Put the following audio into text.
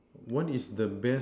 what is the best